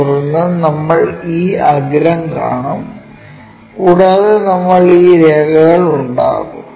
തുടർന്ന് നമ്മൾ ഈ അഗ്രം കാണും കൂടാതെ നമുക്ക് ഈ രേഖകൾ ഉണ്ടാകും